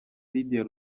lydia